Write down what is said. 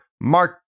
Mark